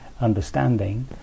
understanding